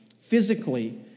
Physically